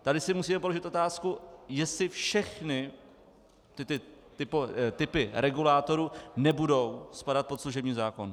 Tady si musíme položit otázku, jestli všechny typy regulátorů nebudou spadat pod služební zákon.